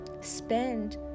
spend